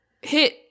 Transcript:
hit